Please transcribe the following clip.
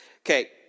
Okay